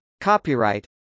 copyright